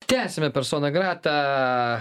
tęsiame personą gratą